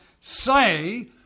say